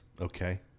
Okay